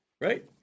right